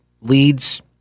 leads